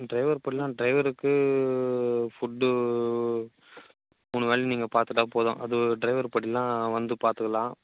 ம் ட்ரைவர் படியெல்லாம் ட்ரைவருக்கு ஃபுட்டு மூணு வேளை நீங்கள் பார்த்துட்டா போதும் அது ஒரு ட்ரைவர் படியெல்லாம் வந்து பார்த்துக்கலாம்